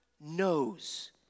knows